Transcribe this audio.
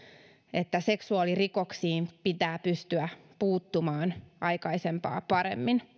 että seksuaalirikoksiin pitää pystyä puuttumaan aikaisempaa paremmin